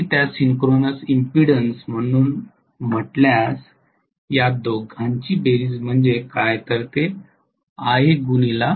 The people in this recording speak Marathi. जर मी त्यास सिंक्रोनस इम्पीडनंस म्हणून म्हटल्यास या दोघांची बेरीजं म्हणजे काय तर ते IaZs असेल